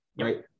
right